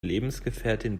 lebensgefährtin